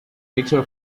picture